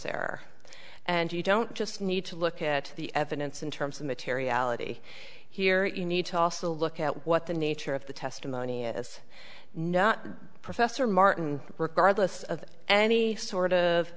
there and you don't just need to look at the evidence in terms of materiality here you need to also look at what the nature of the testimony is not professor martin regardless of any sort of